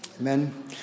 Amen